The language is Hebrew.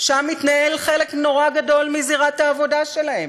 שם מתנהל חלק נורא גדול מזירת העבודה שלהם,